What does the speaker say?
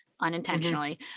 unintentionally